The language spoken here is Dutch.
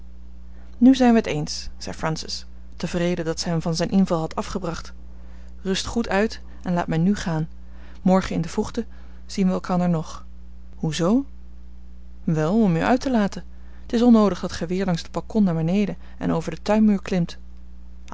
n zijn we het eens zei francis tevreden dat zij hem van zijn inval had afgebracht rust goed uit en laat mij nu gaan morgen in de vroegte zien wij elkander nog hoe zoo wel om u uit te laten t is onnoodig dat ge weer langs het balkon naar beneden en over den tuinmuur klimt